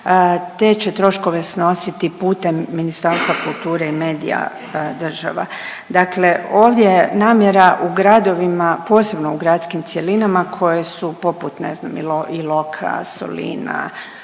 te će troškove snositi putem Ministarstva kulture i medija država. Dakle, ovdje je namjera u gradovima, posebno u gradskim cjelinama koje su poput ne znam Iloka, Solina,